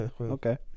okay